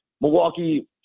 Milwaukee